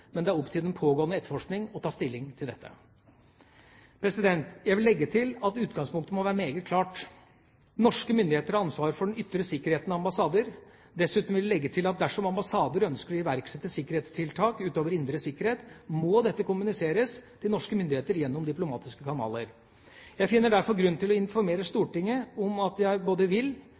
men det er opp til den pågående etterforskningen å ta stilling til dette. Jeg vil legge til at utgangspunktet må være meget klart. Norske myndigheter har ansvaret for den ytre sikkerheten av ambassader. Dessuten vil jeg legge til at dersom ambassader ønsker å iverksette sikkerhetstiltak utover indre sikkerhet, må dette kommuniseres til norske myndigheter gjennom diplomatiske kanaler. Jeg finner derfor grunn til å informere Stortinget om at jeg vil både